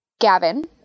Gavin